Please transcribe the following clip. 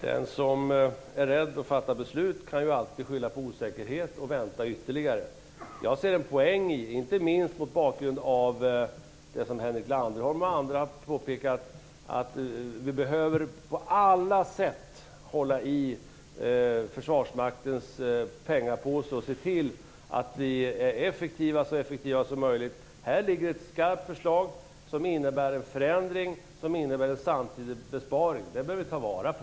Herr talman! Den som är rädd för att fatta beslut kan alltid skylla på osäkerhet och vänta ytterligare. Inte minst mot bakgrund av det som bl.a. Henrik Landerholm påpekat ser jag en poäng i att vi på alla sätt håller i Försvarsmaktens pengapåse. Det gäller också att se till att vi är så effektiva som möjligt. Här föreligger ett skarpt förslag som innebär en förändring och samtidigt en besparing. Detta är något som vi bör ta vara på.